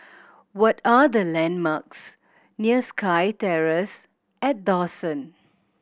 what are the landmarks near SkyTerrace at Dawson